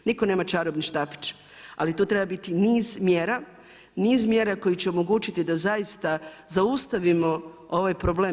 Nitko nema čarobni štapić, ali tu treba biti niz mjera, niz mjera koji će omogućiti da zaista zaustavimo ovaj problem.